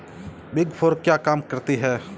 Big four क्या काम करती है?